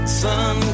sun